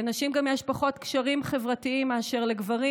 לנשים גם יש פחות קשרים חברתיים מאשר לגברים